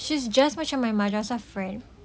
she's just macam my madrasah friend